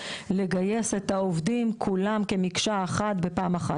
לגייס את העובדים כולם כמקשה אחת בפעם אחת.